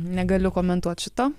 negaliu komentuot šito